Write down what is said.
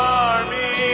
army